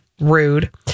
Rude